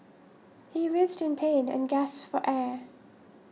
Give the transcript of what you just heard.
he writhed in pain and gasped for air